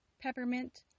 peppermint